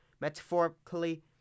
metaphorically